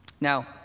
Now